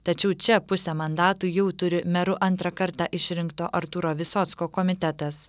tačiau čia pusę mandatų jau turi meru antrą kartą išrinkto artūro visocko komitetas